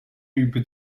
über